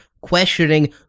questioning